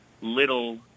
little